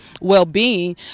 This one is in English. well-being